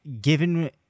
given